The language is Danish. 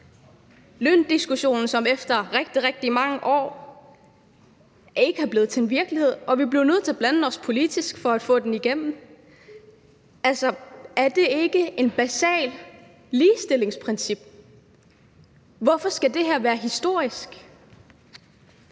Løndiskussionen er efter rigtig, rigtig mange år ikke blevet til virkelighed, og vi bliver nødt til at blande os politisk for at få den igennem. Altså, er det ikke et basalt ligestillingsprincip? Hvorfor skal det her være historisk?